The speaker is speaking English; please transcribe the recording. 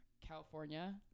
California